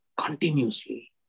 continuously